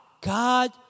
God